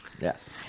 Yes